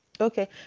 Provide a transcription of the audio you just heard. Okay